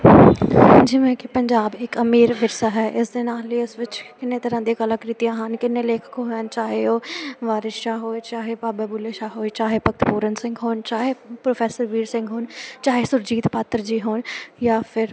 ਜਿਵੇਂ ਕਿ ਪੰਜਾਬ ਇੱਕ ਅਮੀਰ ਵਿਰਸਾ ਹੈ ਇਸ ਦੇ ਨਾਲ ਹੀ ਇਸ ਵਿੱਚ ਕਿੰਨੇ ਤਰ੍ਹਾਂ ਦੀਆਂ ਕਲਾਕ੍ਰਿਤੀਆਂ ਹਨ ਕਿੰਨੇ ਲੇਖਕ ਹਨ ਚਾਹੇ ਉਹ ਵਾਰਿਸ ਸ਼ਾਹ ਹੋਵੇ ਚਾਹੇ ਬਾਬਾ ਬੁੱਲੇ ਸ਼ਾਹ ਹੋਏ ਚਾਹੇ ਭਗਤ ਪੂਰਨ ਸਿੰਘ ਹੋਣ ਚਾਹੇ ਪ੍ਰੋਫੈਸਰ ਵੀਰ ਸਿੰਘ ਹੋਣ ਚਾਹੇ ਸੁਰਜੀਤ ਪਾਤਰ ਜੀ ਹੋਣ ਜਾਂ ਫਿਰ